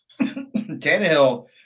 Tannehill